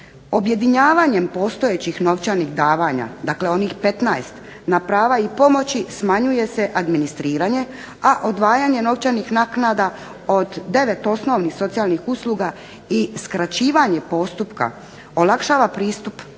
Objedinjavanjem postojećih novčanih davanja dakle onih 15 na prava i pomoći smanjuje se administriranje a odvajanje novčanih naknada od 9 osnovnih socijalnih usluga i skraćivanje postupka olakšava pristup pravima